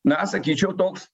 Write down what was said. na sakyčiau toks